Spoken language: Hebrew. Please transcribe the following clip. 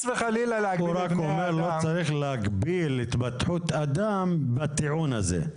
אתה רק אומר לא צריך להגביל התפתחות בני אדם בטיעון הזה.